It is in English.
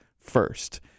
first